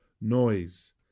noise